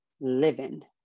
living